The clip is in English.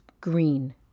green